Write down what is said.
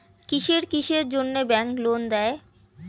কিসের কিসের জন্যে ব্যাংক লোন দেয়?